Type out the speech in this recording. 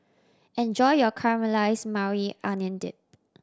enjoy your Caramelized Maui Onion Dip